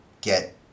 get